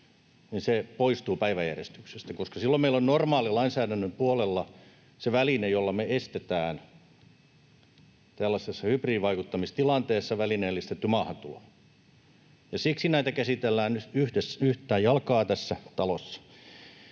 poistuu päiväjärjestyksestä, koska silloin meillä on normaalilainsäädännön puolella se väline, jolla me estetään tällaisessa hybridivaikuttamistilanteessa välineellistetty maahantulo, ja siksi näitä käsitellään nyt yhtä jalkaa tässä talossa.